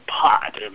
Pot